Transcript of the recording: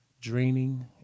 draining